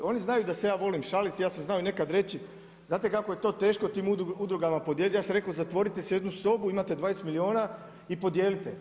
Oni znaju da se ja volim šaliti, ja sam znao i nekad reći, znate kako je to teško, tim udrugama podijeliti, ja sam rekao, zatvorite se u jednu sobu, imate 20 milijuna i podijelite.